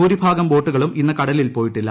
ഭൂരിഭാഗം ബോട്ടുകളും ഇന്ന് കടലിൽ പോയിട്ടില്ല